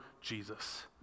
Jesus